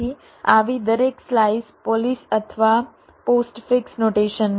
તેથી આવી દરેક સ્લાઇસ પોલિશ અથવા પોસ્ટફિક્સ નોટેશનને આ રીતે રજૂ કરે છે